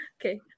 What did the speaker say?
okay